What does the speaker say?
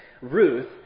Ruth